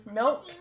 milk